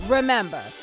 Remember